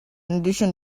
addition